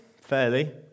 fairly